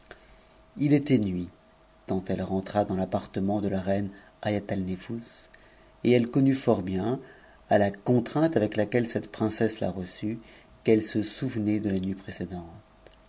sil était nuit quand elle rentra dans l'appartement de la reine haïatal jbus et elle connut fort bien à la contrainte avec laquelle cette prin mse la reçut qu'elle se souvenait de la nuit précédente